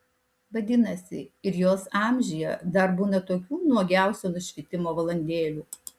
vadinasi ir jos amžiuje dar būna tokių nuogiausio nušvitimo valandėlių